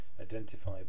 identify